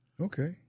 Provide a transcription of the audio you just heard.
Okay